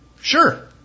sure